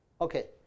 Okay